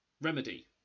remedy